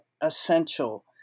essential